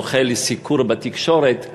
זוכה לסיקור בתקשורת,